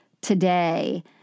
today